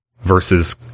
versus